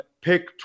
pick